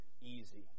easy